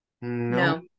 No